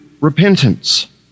repentance